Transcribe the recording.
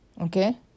Okay